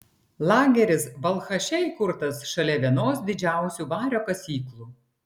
lageris balchaše įkurtas šalia vienos didžiausių vario kasyklų